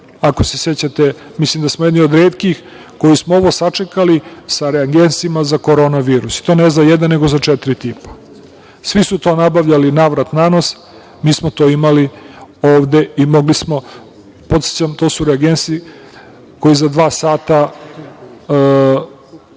ako se sećate, mislim da smo jedni od retkih koji smo ovo sačekali sa reagensima za korona virus. To ne za jedan, nego za četiri tipa. Svi su to nabavljali navrat na nos, mi smo to imali ovde i mogli smo, podsećam, to su reagensi koji za dva sata